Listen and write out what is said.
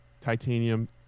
titanium